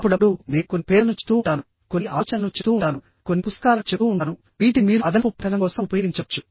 అప్పుడప్పుడు నేను కొన్ని పేర్లను చెప్తూ ఉంటాను కొన్ని ఆలోచనలను చెప్తూ ఉంటాను కొన్ని పుస్తకాలను చెప్తూ ఉంటాను వీటిని మీరు అదనపు పఠనం కోసం ఉపయోగించవచ్చు